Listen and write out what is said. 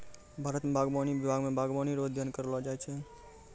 भारत मे बागवानी विभाग मे बागवानी रो अध्ययन करैलो जाय छै